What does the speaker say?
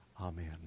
amen